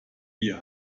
wir